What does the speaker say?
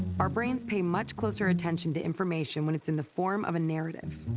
our brains pay much closer attention to information when it's in the form of a narrative.